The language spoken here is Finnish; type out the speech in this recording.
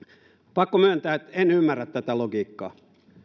pakko myöntää että en ymmärrä tätä logiikkaa